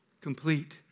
complete